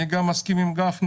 אני גם מסכים עם גפני,